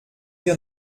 wir